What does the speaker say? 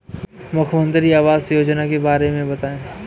मुख्यमंत्री आवास योजना के बारे में बताए?